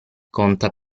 conta